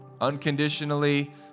unconditionally